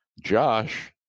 Josh